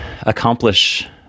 accomplish